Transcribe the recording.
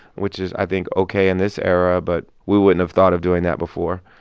which is i think ok in this era, but we wouldn't have thought of doing that before.